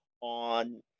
on